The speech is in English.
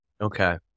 Okay